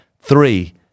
Three